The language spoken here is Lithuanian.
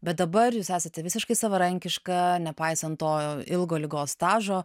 bet dabar jūs esate visiškai savarankiška nepaisant to ilgo ligos stažo